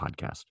podcast